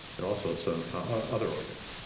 and also its ah other organs.